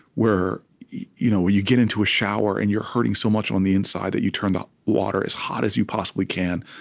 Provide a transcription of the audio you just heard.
where you know you get into a shower, and you're hurting so much on the inside that you turn the water as hot as you possibly can,